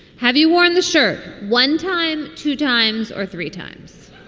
have you worn the shirt one time, two times or three times?